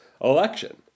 election